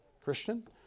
Christian